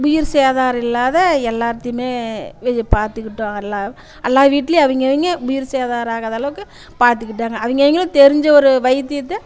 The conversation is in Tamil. உயிர் சேதாரம் இல்லாத எல்லார்த்தையுமே பார்த்துக்கிட்டோம் எல்லா எல்லா வீட்லையும் அவங்க அவங்க உயிர் சேதாரம் ஆகாத அளவுக்கு பார்த்துகிட்டாங்க அவங்க அவங்களுக்கு தெரிஞ்ச ஒரு வைத்தியத்தை